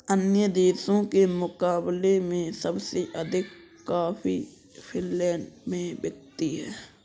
अन्य देशों के मुकाबले में सबसे अधिक कॉफी फिनलैंड में बिकती है